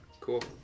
cool